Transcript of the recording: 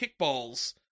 kickballs